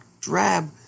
drab